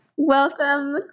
Welcome